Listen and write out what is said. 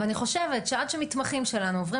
ואני חושבת שעד שהמתמחים שלנו עוברים